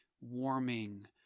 warming